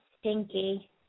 stinky